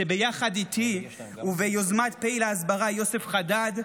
שיחד איתי וביוזמת פעיל ההסברה יוסף חדאד,